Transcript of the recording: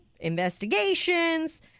investigations